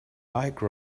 bike